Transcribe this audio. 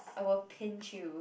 I will pinch you